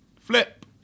flip